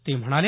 ते म्हणाले